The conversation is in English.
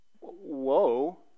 Whoa